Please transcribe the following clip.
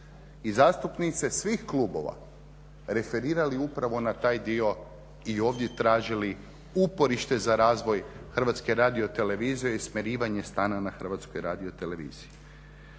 i zastupnice svih klubova referirali upravo na taj dio i ovdje tražili uporište za razvoj HRT-a i smirivanje stanja na HRT-u. Zašto želimo